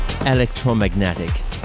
Electromagnetic